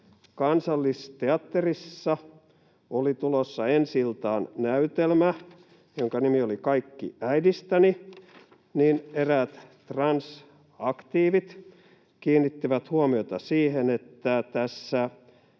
Kansallisteatterissa oli tulossa ensi-iltaan näytelmä, jonka nimi oli ”Kaikki äidistäni”, niin eräät transaktiivit kiinnittivät huomiota siihen, että tässä